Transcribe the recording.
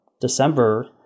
December